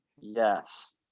Yes